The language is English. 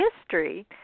history